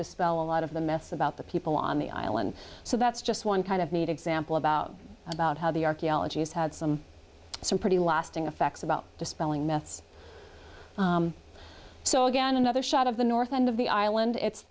dispel a lot of the myths about the people on the island so that's just one kind of need example about about how the archaeology has had some some pretty lasting effects about dispelling myths so again another shot of the north end of the island it's